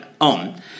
on